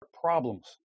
problems